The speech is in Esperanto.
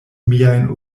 miajn